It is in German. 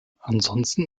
ansonsten